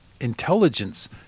intelligence